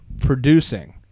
producing